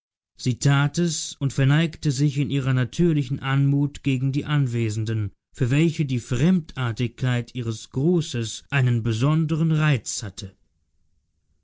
sie tat es und verneigte sich in ihrer natürlichen anmut gegen die anwesenden für welche die fremdartigkeit ihres grußes einen besondern reiz hatte